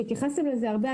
שהתייחסתם לזה הרבה,